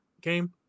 game